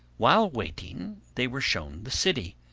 while waiting they were shown the city,